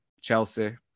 Chelsea